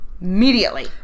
immediately